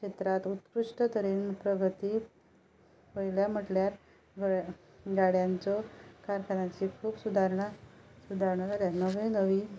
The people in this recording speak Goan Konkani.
शेत्रांत उत्कृष्ट तरेन प्रगती पळयला म्हणल्यार गळ्या गाडयाचो कारखान्याची खूब सुदारणां सुदारणां जाल्यात नवे नवी